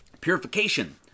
Purification